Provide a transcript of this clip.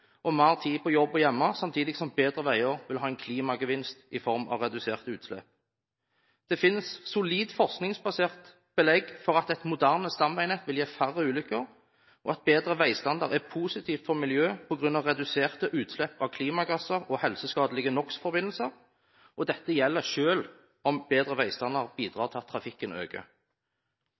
og mer tid på jobb og hjemme, samtidig som bedre veier vil ha en klimagevinst i form av reduserte utslipp. Det finnes solid forskningsbasert belegg for at et moderne stamveinett vil gi færre ulykker, og at bedre veistandard er positivt for miljøet på grunn av reduserte utslipp av klimagasser og helseskadelige NOx-forbindelser. Dette gjelder selv om bedre veistandard bidrar til at trafikken øker.